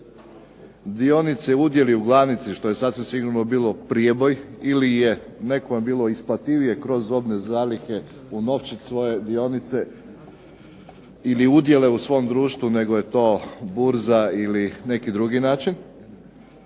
dionice, udjeli u glavnici što je sasvim sigurno bilo prijeboj ili je nekome bilo isplativije kroz robne zalihe unovčiti svoje dionice ili udjele u svom društvu nego je to burza ili neki drugi način,